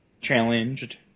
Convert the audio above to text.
Challenged